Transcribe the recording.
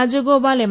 Rajagopal M